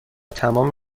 تمام